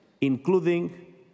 including